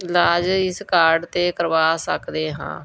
ਇਲਾਜ ਇਸ ਕਾਰਡ 'ਤੇ ਕਰਵਾ ਸਕਦੇ ਹਾਂ